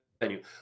venue